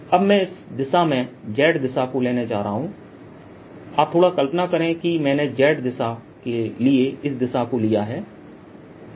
अब मैं इस दिशा मै Z दिशा को लेने जा रहा हूं आप थोड़ा कल्पना करें कि मैंने Z दिशा के लिए इस दिशा को लिया है